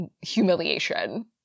humiliation